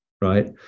right